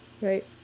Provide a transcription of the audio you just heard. right